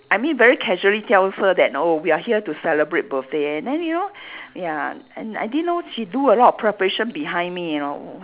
I mean very casually tells her that oh we are here to celebrate birthday and then you know ya and I didn't know she do a lot of preparation behind me you know